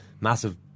massive